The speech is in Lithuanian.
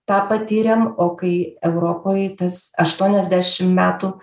tą patyrėm o kai europoj tas aštuoniasdešim metų